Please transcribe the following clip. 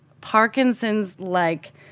Parkinson's-like